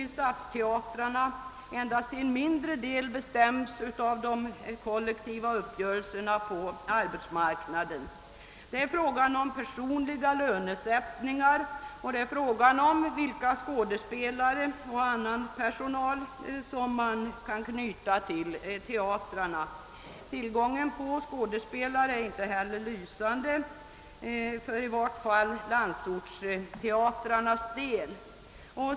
Detta har vi framhållit i motionerna, och det har även understrukits av teateroch orkesterrådet. Det är fråga om personliga lönesättningar och det är fråga om vilka skådespelare och annan personal som man kan knyta till teatrarna. Tillgången på skådespelare är inte heller lysande, i varje fall för landsortsteatrarnas del.